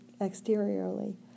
exteriorly